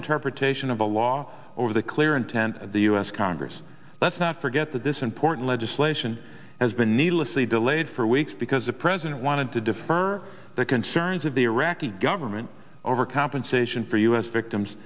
interpretation of the law over the clear intent of the u s congress let's not forget that this important legislation has been needlessly delayed for weeks because the president wanted to defer the concerns of the iraqi government over compensation for u s victims